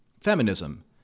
feminism